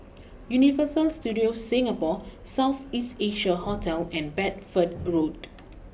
Universal Studios Singapore South East Asia Hotel and Bedford Road